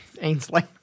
Ainsley